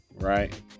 Right